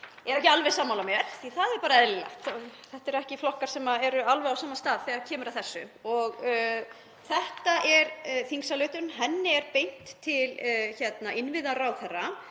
er ekki alveg sammála mér. Það er bara eðlilegt því að þetta eru ekki flokkar sem eru alveg á sama stað þegar kemur að þessu. Þessari þingsályktunartillögu er beint til innviðaráðherra